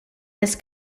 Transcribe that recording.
this